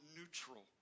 neutral